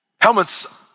Helmets